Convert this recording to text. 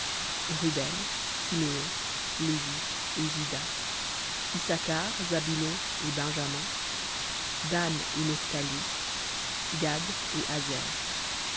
ruben siméon lévi et juda issacar zabulon et benjamin dan et nephthali gad et